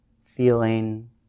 feeling